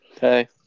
Hey